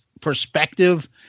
perspective